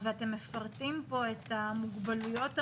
ואתם מפרטים פה את המוגבלויות המסוימות,